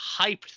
hyped